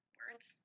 words